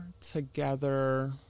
together